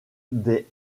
des